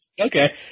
Okay